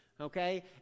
Okay